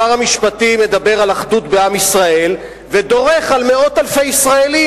שר המשפטים מדבר על אחדות בעם ישראל ודורך על מאות אלפי ישראלים,